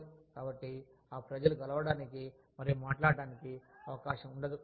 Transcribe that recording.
కాబట్టి ఆ ప్రజలు కలవడానికి మరియు మాట్లాడటానికి అవకాశం ఉండదు